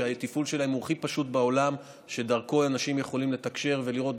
שהתפעול שלהם הוא הכי פשוט בעולם ושדרכם אנשים יכולים לתקשר ולראות,